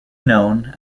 known